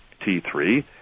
T3